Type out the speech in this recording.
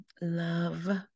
love